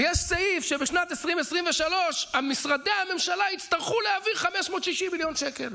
ויש סעיף שבשנת 2023 משרדי הממשלה יצטרכו להעביר 560 מיליון שקלים.